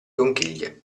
conchiglie